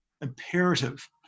imperative